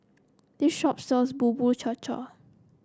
this shop sells Bubur Cha Cha